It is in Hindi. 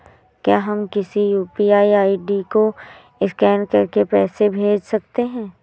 क्या हम किसी यू.पी.आई आई.डी को स्कैन करके पैसे भेज सकते हैं?